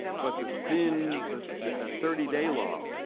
but the thin, the the thirty day law